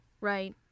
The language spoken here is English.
Right